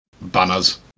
banners